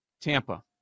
Tampa